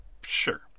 sure